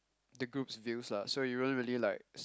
the groups views lah so you won't really like